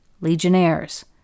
legionnaires